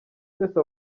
twese